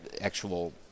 actual